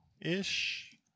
ish